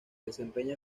desempeña